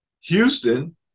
Houston